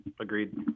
agreed